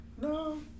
No